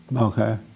Okay